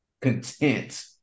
content